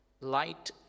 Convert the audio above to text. light